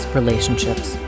relationships